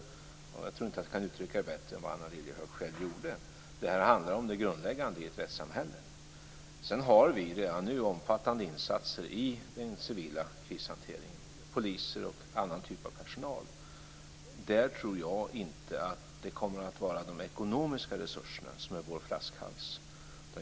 Jo, - jag tror inte att jag kan uttrycka det bättre än vad Anna Lilliehöök själv gjorde - därför att det här handlar om det grundläggande i ett rättssamhälle. Vi har redan nu omfattande insatser i den civila krishanteringen. Vi har poliser och annan typ av personal. Jag tror inte att det kommer att vara de ekonomiska resurserna som är vår flaskhals.